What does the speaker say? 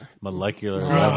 molecular